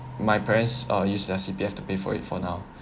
my parents uh used their C_P_F to pay for it for now